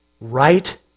right